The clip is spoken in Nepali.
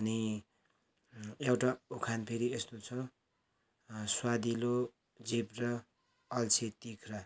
अनि एउटा उखान फेरि यस्तो छ स्वादिलो जिब्रो अल्छे तिघ्रो